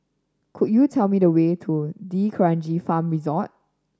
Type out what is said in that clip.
could you tell me the way to D'Kranji Farm Resort